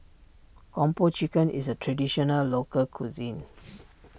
Kung Po Chicken is a Traditional Local Cuisine